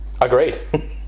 Agreed